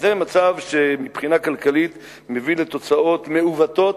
אז זה מצב שמבחינה כלכלית מביא לתוצאות מעוותות,